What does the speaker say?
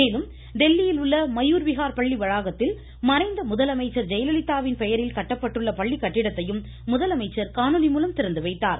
மேலும் டெல்லியில் உள்ள மயூர் விஹார் பள்ளி வளாகத்தில் மறைந்த ஜெயலலிதாவின் பெயரில் கட்டப்பட்டுள்ள பள்ளி கட்டிடத்தையும் முதலமைச்சர் முதலமைச்சர் காணொலி மூலம் திறந்துவைத்தார்